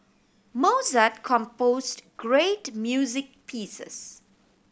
Mozart composed great music pieces